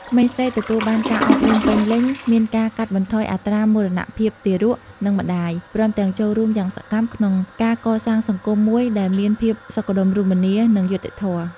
ក្មេងស្រីទទួលបានការអប់រំពេញលេញមានការកាត់បន្ថយអត្រាមរណភាពទារក និងម្តាយ ព្រមទាំងចូលរួមយ៉ាងសកម្មក្នុងការកសាងសង្គមមួយដែលមានភាពសុខដុមរមនា និងយុត្តិធម៌។